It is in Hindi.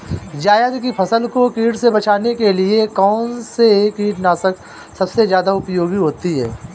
जायद की फसल को कीट से बचाने के लिए कौन से कीटनाशक सबसे ज्यादा उपयोगी होती है?